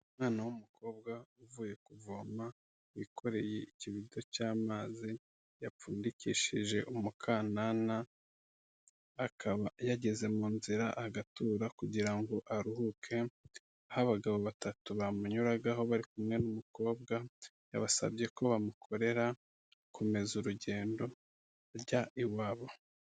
Umwana w'umukobwa uvuye kuvoma wikoreye ikibido cy'amazi yapfundikishije umukanana, akaba yageze mu nzira agatura kugira ngo aruhuke, aho abagabo batatu bamunyuragaho bari kumwe n'umukobwa yabasabye ko bamukorera akomeza urugendo ajya iwabo.